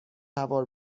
هوار